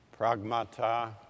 pragmata